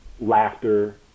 laughter